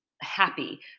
happy